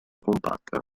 compatta